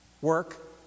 work